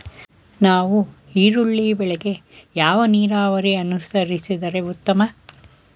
ನಾವು ಈರುಳ್ಳಿ ಬೆಳೆಗೆ ಯಾವ ನೀರಾವರಿ ಅನುಸರಿಸಿದರೆ ಉತ್ತಮ?